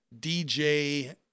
DJ